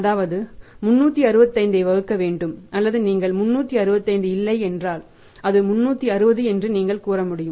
அதாவது 365 ஐ வகுக்க வேண்டும் அல்லது நீங்கள் 365 இல்லை என்றால் அது 360 என்று நீங்கள் கூறமுடியும்